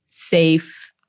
safe